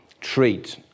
treat